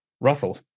Ruffle